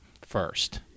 first